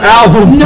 album